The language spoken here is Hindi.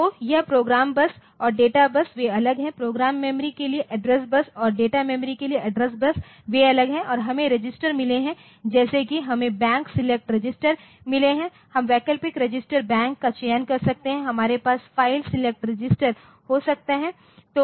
तो यह प्रोग्राम बस और डेटा बस वे अलग हैं प्रोग्राम मेमोरी के लिए एड्रेस बस और डेटा मेमोरी के लिए एड्रेस बस वे अलग हैं और हमें रजिस्टर मिले हैं जैसे कि हमें बैंक सेलेक्ट रजिस्टर मिले हैं हम वैकल्पिक रजिस्टर बैंक का चयन कर सकते हैं हमारे पास फ़ाइल सेलेक्ट रजिस्टर हो सकता है